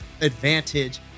advantage